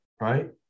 Right